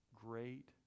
great